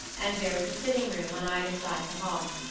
and there was a sitting-room on either side the hall.